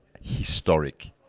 historic